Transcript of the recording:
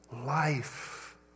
life